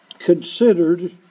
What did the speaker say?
considered